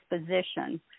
position